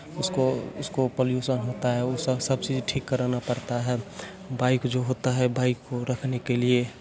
उसको उसको पॉल्यूशन होता है सब चीज़ें ठीक कराना पड़ता है बाइक जो होता है बाइक को रखने के लिए